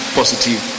positive